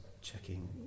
checking